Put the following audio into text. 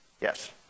Yes